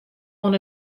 oan